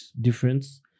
difference